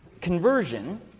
conversion